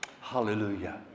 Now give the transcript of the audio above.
hallelujah